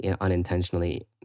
unintentionally